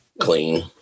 clean